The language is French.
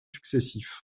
successifs